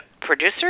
producer